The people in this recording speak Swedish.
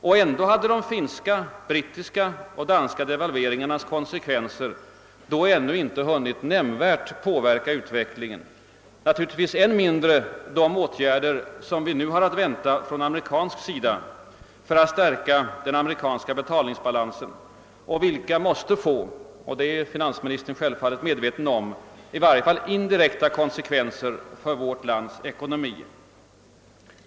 Och ändå hade de finska, brittiska och danska devalveringarnas konsekvenser då ännu inte hunnit nämnvärt påverka utvecklingen och naturligtvis än mindre de åtgärder som vi nu har att vänta från amerikansk sida för att stärka den amerikanska betalningsbalansen och vilka måste få — det är finansministern självfallet medveten om — i varje fall indirekta konsekvenser för vårt lands ekonomi.